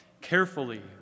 carefully